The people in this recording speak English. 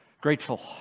grateful